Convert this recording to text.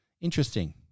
interesting